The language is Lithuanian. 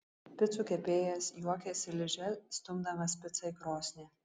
picų kepėjas juokiasi liže stumdamas picą į krosnį